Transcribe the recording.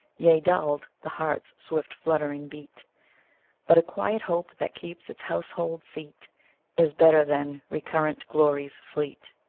yea dulled the heart's swift fluttering beat but a quiet hope that keeps its household seat is better than recurrent glories fleet.